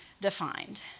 defined